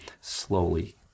slowly